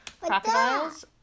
Crocodiles